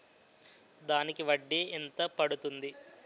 దానికి వడ్డీ ఎంత పడుతుంది?